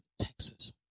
Texas